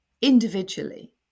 individually